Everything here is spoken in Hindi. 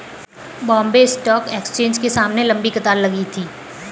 बॉम्बे स्टॉक एक्सचेंज के सामने लंबी कतार लगी थी